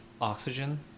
oxygen